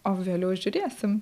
o vėliau žiūrėsim